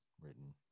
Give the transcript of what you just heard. written